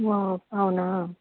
wow అవునా